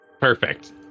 Perfect